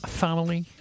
family